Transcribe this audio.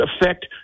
affect